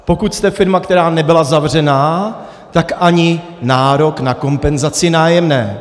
Pokud jste firma, která nebyla zavřená, tak ani nárok na kompenzaci nájemného.